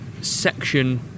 section